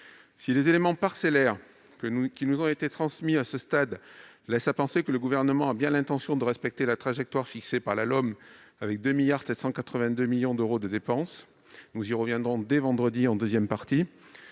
Si les éléments parcellaires qui nous ont été transmis à ce stade laissent à penser que le Gouvernement a bien l'intention de respecter la trajectoire fixée par la loi d'orientation des mobilités (LOM), avec 2,782 milliards d'euros de dépenses- nous y reviendrons dès vendredi en deuxième partie